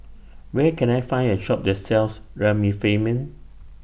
Where Can I Find A Shop that sells Remifemin